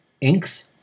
Inks